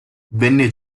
venne